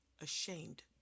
ashamed